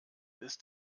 ist